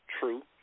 true